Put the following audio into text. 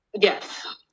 Yes